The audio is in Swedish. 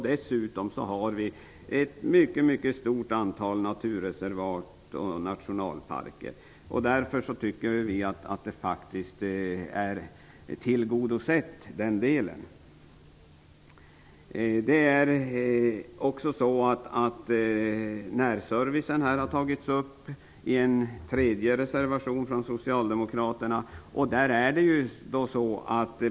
Dessutom har vi ett mycket stort antal naturreservat och nationalparker. Därmed tycker vi att behovet är tillgodosett. Närservicen är en fråga som socialdemokraterna vidare tagit upp i en reservation.